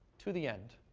to the end?